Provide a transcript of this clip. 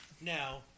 now